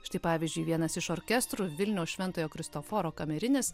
štai pavyzdžiui vienas iš orkestrų vilniaus šventojo kristoforo kamerinis